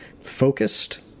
focused